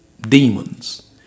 demons